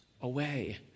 away